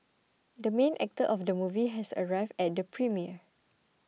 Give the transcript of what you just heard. the main actor of the movie has arrived at the premiere